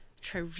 try